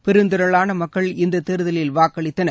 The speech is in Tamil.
பெருந்திரளான மக்கள் இந்த தேர்தலில் வாக்களித்தனர்